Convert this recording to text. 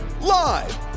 Live